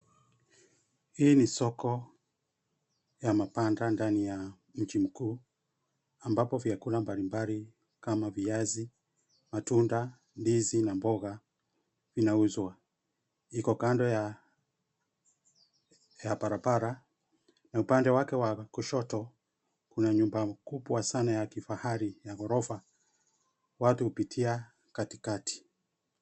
Hii ni soko ya mabanda ndani ya mji mkuu ambapo vyakula mbalimbali kama viazi, matunda, ndizi na mboga vinauzwa. Iko kando ya barabara na upande wake wa kushoto kuna nyumba kubwa sana ya kifahari ya gorofa watu hupitia katikati.